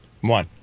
One